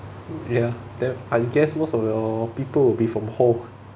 ya then I guess most of your people will be from hall